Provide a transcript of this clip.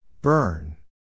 Burn